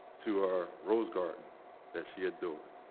to our rose garden that she adored.